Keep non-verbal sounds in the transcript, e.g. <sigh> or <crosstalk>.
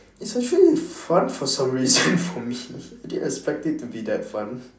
it's actually fun for some reason <laughs> for me I didn't expect it to be that fun